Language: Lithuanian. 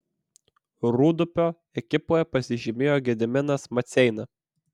rūdupio ekipoje pasižymėjo gediminas maceina